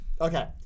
Okay